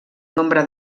nombre